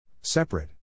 Separate